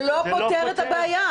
זה לא פותר את הבעיה.